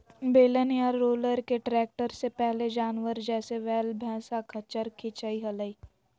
बेलन या रोलर के ट्रैक्टर से पहले जानवर, जैसे वैल, भैंसा, खच्चर खीचई हलई